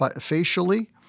facially